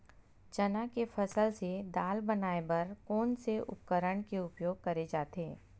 चना के फसल से दाल बनाये बर कोन से उपकरण के उपयोग करे जाथे?